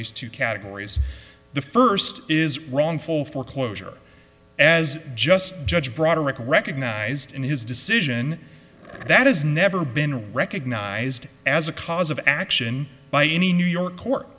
least two categories the first is wrongful foreclosure as just judge broderick recognized in his decision that has never been recognized as a cause of action by any new york court